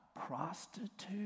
prostitute